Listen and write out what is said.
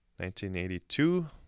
1982